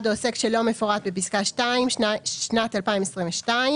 או עוסק שלא מפורט בפסקה (2) שנת 2022,